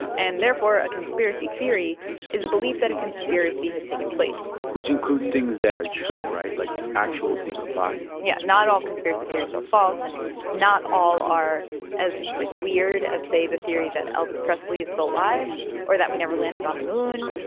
and therefore, a conspiracy theory is a belief that a conspiracy has taken place which includes things that are true right? like actual secret plots yeah, not all conspiracy theories are false, and not all are as, like, weird as, say, the theory that elvis presley is still alive or that we never landed on the moon,